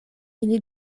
ili